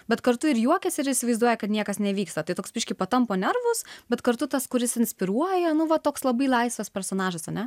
bet kartu ir juokiasi ir įsivaizduoja kad niekas nevyksta tai toks biškį patampo nervus bet kartu tas kuris inspiruoja nu va toks labai laisvas personažas ane